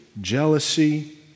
jealousy